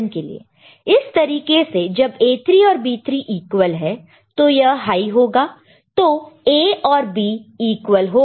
इसी तरीके से जब A3 और B3 इक्वल है तो यह हाइ होगा तो A और भी B इक्वल होगा